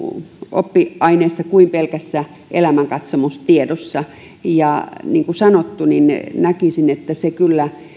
oppiaineessa kuin pelkässä elämänkatsomustiedossa niin kuin sanottu näkisin että se kyllä